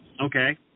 Okay